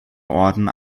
orden